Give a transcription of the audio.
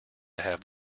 have